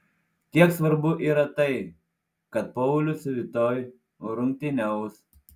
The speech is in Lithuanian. kiek svarbu yra tai kad paulius rytoj rungtyniaus